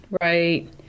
Right